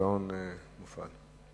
השעון הופעל.